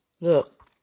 look